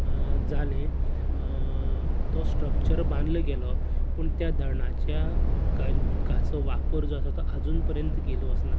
जालें तो स्ट्रक्चर बांदलो गेलो पूण त्या धरणाच्या उदकां उदकांचो वापर जो आसा आजून पर्यंत केलो वचना